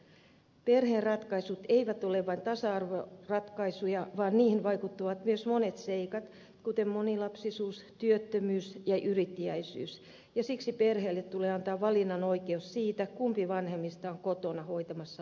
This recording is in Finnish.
perheen ratkaisut eivät ole vain tasa arvoratkaisuja vaan niihin vaikuttavat myös monet seikat kuten monilapsisuus työttömyys ja yrittäjyys ja siksi perheelle tulee antaa valinnan oikeus siitä kumpi vanhemmista on kotona hoitamassa lapsia